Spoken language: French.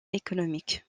économique